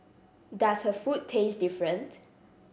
does her food taste different